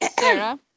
Sarah